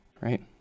Right